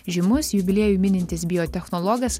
žymus jubiliejų minintis biotechnologijas